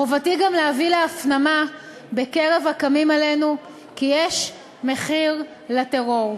חובתי גם להביא להפנמה בקרב הקמים עלינו כי יש מחיר לטרור.